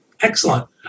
Excellent